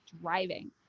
driving